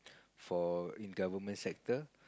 for in government sector